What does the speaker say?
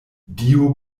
dio